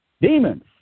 Demons